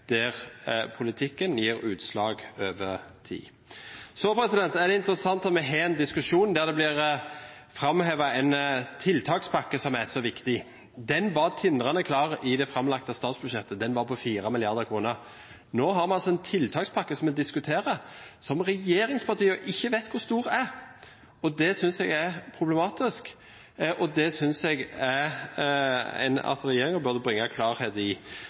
der politikken gir utslag over tid. Så er det interessant at vi har en diskusjon der det blir framhevet en tiltakspakke som er så viktig. Den var tindrende klar i det framlagte statsbudsjettet, den var på 4 mrd. kr. Nå diskuterer vi altså en tiltakspakke som regjeringspartiene ikke vet hvor stor er. Det synes jeg er problematisk, og det synes jeg at regjeringen burde bringe klarhet i.